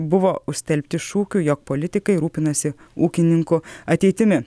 buvo užstelbti šūkių jog politikai rūpinasi ūkininkų ateitimi